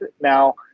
Now